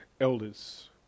elders